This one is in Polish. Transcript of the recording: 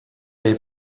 jej